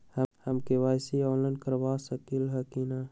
हम KYC online करवा सकली ह कि न?